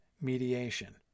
mediation